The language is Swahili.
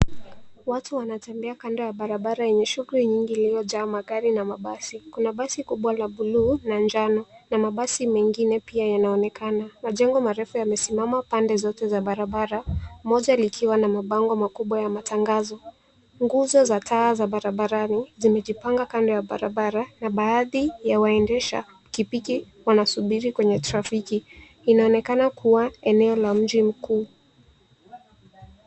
Watu wanatembea kando ya barabara yenye shughuli nyingi iliyojaa magari na mabasi. Kuna basi kubwa la buluu na njano na mabasi mengine pia yanaonekana. Majengo marefu yamesimama pande zote za barabara, moja likiwa na mabango makubwa ya matangazo. Nguzo za taa za barabarani zimejipanga kando ya barabara na baadhi ya waendesha pikipiki wanasubiri kwenye trafiki. Inaonekana kuwa eneo la mji mkuu.